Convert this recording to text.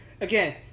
again